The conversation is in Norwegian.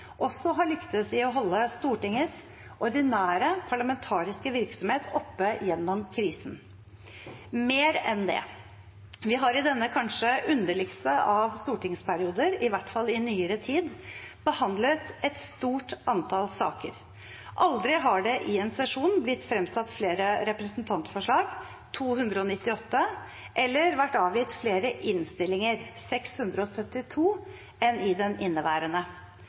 også har lyktes i å holde Stortingets ordinære parlamentariske virksomhet oppe gjennom krisen. Mer enn det: Vi har i denne kanskje underligste av stortingsperioder, i hvert fall i nyere tid, behandlet et stort antall saker. Aldri har det i en sesjon blitt fremsatt flere representantforslag, 298, eller vært avgitt flere innstillinger, 672, enn i den inneværende.